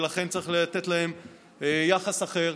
ולכן צריך לתת להם יחס אחר.